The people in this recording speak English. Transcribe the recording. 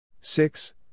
Six